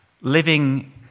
living